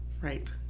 Right